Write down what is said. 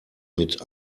mit